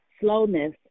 slowness